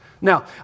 Now